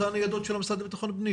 אלה אותן ניידות של המשרד לבטחון פנים.